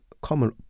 common